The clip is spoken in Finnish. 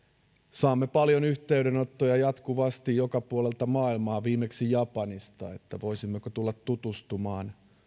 saamme paljon yhteydenottoja jatkuvasti joka puolelta maailmaa viimeksi japanista että voisimmeko tulla tutustumaan